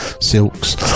silks